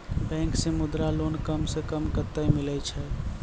Bank से Mudra loan कम सऽ कम कतैय मिलैय छै?